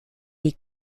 les